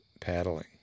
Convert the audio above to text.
paddling